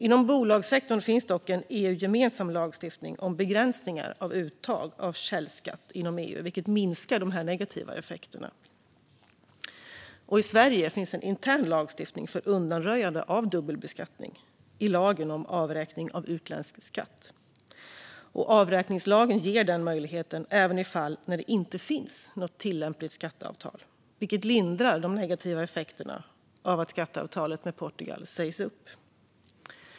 Inom bolagssektorn finns dock en EU-gemensam lagstiftning om begränsningar av uttag av källskatt inom EU, vilket minskar de här negativa effekterna. I Sverige finns en intern lagstiftning för undanröjande av dubbelbeskattning i lagen om avräkning av utländsk skatt. Avräkningslagen ger den möjligheten även i fall när det inte finns något tillämpligt skatteavtal, vilket lindrar de negativa effekterna av att skatteavtalet med Portugal sägs upp.